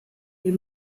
wir